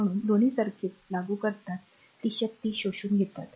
म्हणून दोन्ही सर्किट लागू करतात ते शक्ती शोषून घेतात